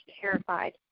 terrified